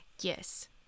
Yes